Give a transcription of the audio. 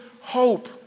hope